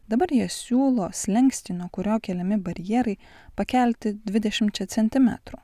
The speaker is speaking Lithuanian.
dabar jie siūlo slenkstį nuo kurio keliami barjerai pakelti dvidešimčia centimetrų